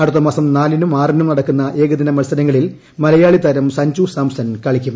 അടുത്ത മാസം നാലിനും ആറിനും നടക്കുന്ന ഏകദിന മത്സരങ്ങളിൽ മലയാളിതാരം സഞ്ജു സാംസൺ കളിക്കും